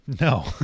no